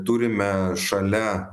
turime šalia